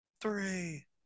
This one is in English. three